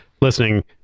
listening